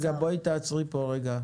רגע, בואי תעצרי פה רגע.